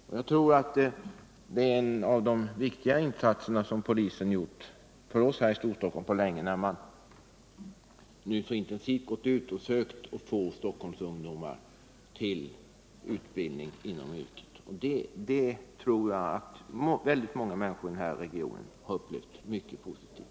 Enligt min uppfattning är det en av de viktigaste insatserna som polisen har gjort för oss här i Storstockholm på länge när man nu så intensivt gått ut och sökt få Stockholmsungdomar till utbildning inom yrket. Det tror jag att väldigt många människor i regionen har upplevt som mycket positivt.